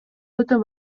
өтө